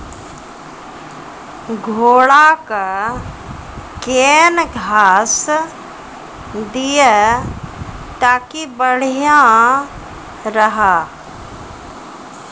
घोड़ा का केन घास दिए ताकि बढ़िया रहा?